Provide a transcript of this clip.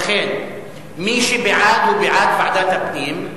לכן, מי שבעד, הוא בעד ועדת הפנים.